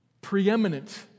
preeminent